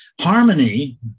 harmony